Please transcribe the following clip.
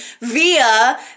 via